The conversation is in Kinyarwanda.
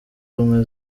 ubumwe